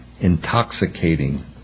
intoxicating